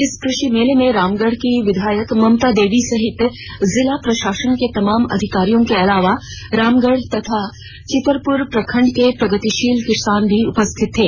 इस कृषि मेले में रामगढ़ की विधायक ममता देवी सहित जिला प्रशासन के तमाम अधिकारियों के अलावा रामगढ़ तथा चितरपुर प्रखंड के प्रगतिशील किसान भी उपस्थित थे